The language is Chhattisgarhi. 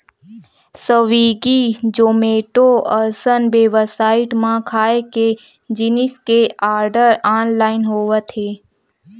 स्वीगी, जोमेटो असन बेबसाइट म खाए के जिनिस के आरडर ऑनलाइन होवत हे